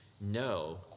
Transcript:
No